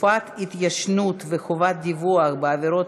(תקופת ההתיישנות וחובת דיווח בעבירות